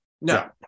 No